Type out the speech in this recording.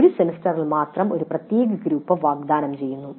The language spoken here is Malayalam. ഒരു സെമസ്റ്ററിൽ മാത്രം ഒരു പ്രത്യേക ഗ്രൂപ്പ് വാഗ്ദാനം ചെയ്യുന്നു